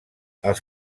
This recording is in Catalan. els